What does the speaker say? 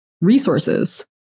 resources